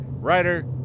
writer